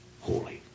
holy